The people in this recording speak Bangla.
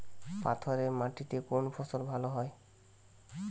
পাথরে মাটিতে কোন ফসল ভালো হয়?